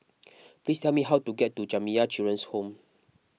please tell me how to get to Jamiyah Children's Home